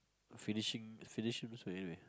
finishing finishing most of it anyway